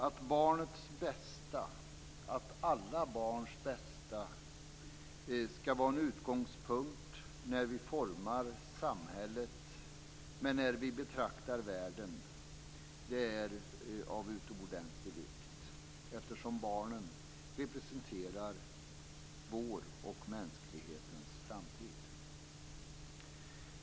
Att barnets bästa, alla barns bästa, skall vara en utgångspunkt när vi formar samhället och när vi betraktar världen är av utomordentlig vikt, eftersom barnen representerar vår och mänsklighetens framtid.